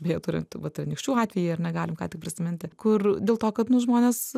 beje turint vat anykščių atvejį ar ne galim tai prisiminti kur dėl to kad nu žmonės